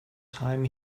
time